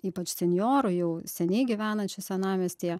ypač senjorų jau seniai gyvenančių senamiestyje